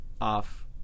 off